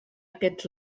aquests